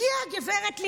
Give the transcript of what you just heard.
הגיעה הגברת לימון,